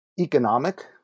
economic